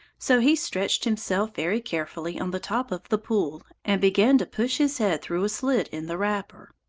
so he stretched himself very carefully on the top of the pool, and began to push his head through a slit in the wrapper.